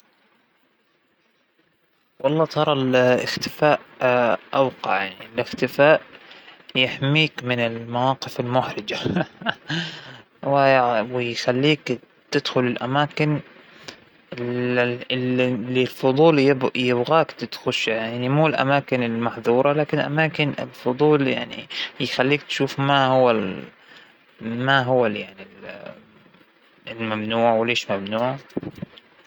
ما بعرف ما جيت فكرت بالقصة من قبل أنه طيعان ام إختفاء، لأ ما بعرف، لكن أعتقد أن كل شى إله مميزاته، يعنى طيعان فينى أشوف العالم من فوق، لكن ممكن استبدلها بالطائرة الحين، الإختفاء ما بعرف يمكن بختار الإختفاء إى الإختفاء.